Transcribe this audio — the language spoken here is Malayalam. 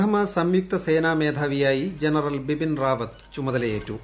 പ്രഥമ സംയുക്ത സേനാ മേധാവിയായി ജനറൽ ബിപിൻ റാവത്ത് ചുമതലയേറ്റു